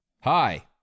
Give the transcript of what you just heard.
hi